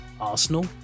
Arsenal